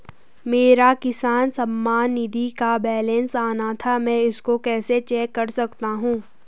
मेरा किसान सम्मान निधि का बैलेंस आना था मैं इसको कैसे चेक कर सकता हूँ?